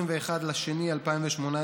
21 בפברואר 2018,